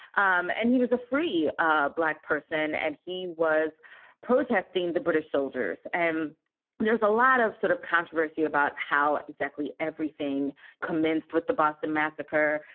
um and he was a free ah black person and he was protesting the british soldiers. and there's a lot of sort of controversy about how exactly everything commenced with the boston massacre.